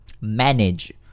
manage